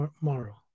moral